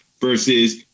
Versus